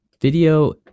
video